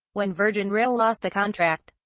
when virgin rail lost the contract,